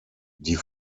die